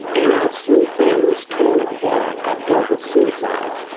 and i've seen families torn apart. i've dealt with suicides.